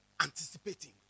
Anticipating